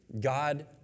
God